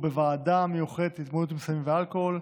בוועדה המיוחדת להתמודדות עם סמים ואלכוהול,